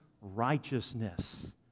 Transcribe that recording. righteousness